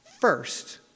first